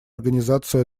организацию